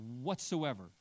whatsoever